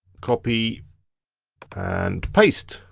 copy and paste.